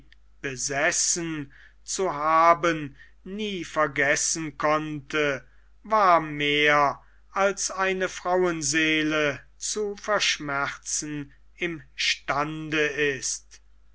besessen zu haben nie vergessen konnte war mehr als eine frauenseele zu verschmerzen im stande ist